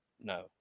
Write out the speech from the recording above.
no